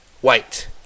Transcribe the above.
White